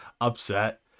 upset